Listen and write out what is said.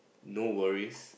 no worries